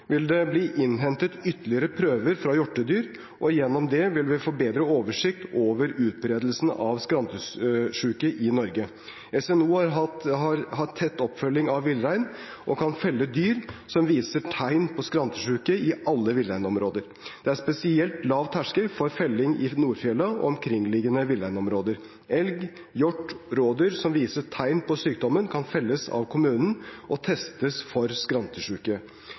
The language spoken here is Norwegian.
vil det bli innhentet ytterligere prøver fra hjortedyr, og gjennom det vil vi få bedre oversikt over utbredelsen av skrantesjuke i Norge. SNO har en tett oppfølging av villrein og kan felle dyr som viser tegn på skrantesjuke i alle villreinområder. Det er en spesielt lav terskel for felling i Nordfjella og omkringliggende villreinområder. Elg, hjort og rådyr som viser tegn på sykdommen, kan felles av kommunen og testes for skrantesjuke.